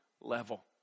level